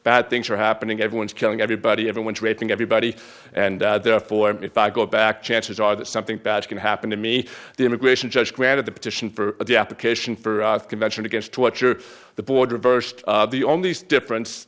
bad things are happening everyone is killing everybody everyone's raising everybody and therefore if i go back to chances are that something bad can happen to me the immigration judge granted the petition for the application for the convention against torture the board reversed the only difference